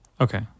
Okay